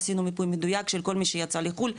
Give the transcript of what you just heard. עשינו מיפוי מדויק של כל מי שיצא לחו"ל,